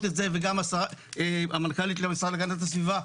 את זה וגם המנכ"לית למשרד הגנת הסביבה,